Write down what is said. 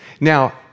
Now